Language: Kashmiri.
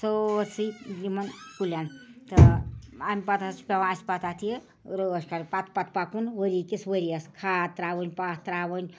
سٲرسٕے یِمَن کُلیٚن تہٕ أمۍ پتہٕ حظ چھِ پٮ۪وان اَسہِ پتہٕ یہِ رٲچھ کَرٕنۍ پَتہٕ پتہٕ پَکُن ؤری کِس ؤریَس کھاد تراوٕنۍ پہہ تراوٕنۍ